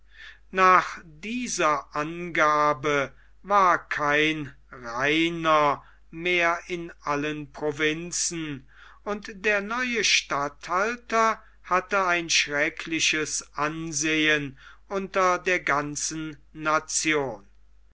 nach dieser angabe war kein reiner mehr in allen provinzen und der neue statthalter hatte ein schreckliches auslesen unter der ganzen nation